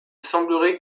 semblerait